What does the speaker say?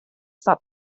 thought